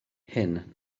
hyn